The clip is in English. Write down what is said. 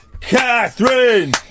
Catherine